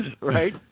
right